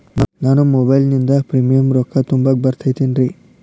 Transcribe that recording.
ನಾನು ಮೊಬೈಲಿನಿಂದ್ ಪ್ರೇಮಿಯಂ ರೊಕ್ಕಾ ತುಂಬಾಕ್ ಬರತೈತೇನ್ರೇ?